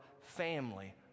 family